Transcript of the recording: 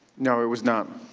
no. it was not.